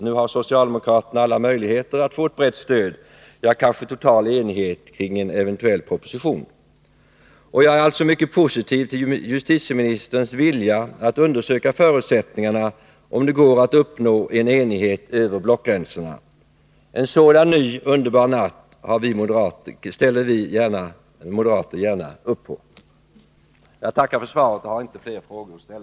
Nu har socialdemokraterna alla möjligheter att få ett brett stöd — ja, kanske total enighet kring en eventuell proposition. Jag är alltså mycket positiv till justitieministerns vilja att undersöka förutsättningarna för att uppnå enighet över blockgränserna. En sådan ny underbar natt ställer vi moderater gärna upp på. Jag tackar för svaret och har inte fler frågor att ställa.